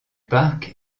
parc